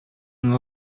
and